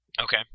Okay